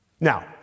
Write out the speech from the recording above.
Now